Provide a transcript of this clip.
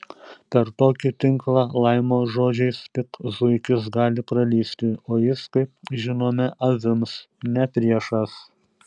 per tokį tinklą laimo žodžiais tik zuikis gali pralįsti o jis kaip žinome avims ne priešas